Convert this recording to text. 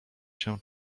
się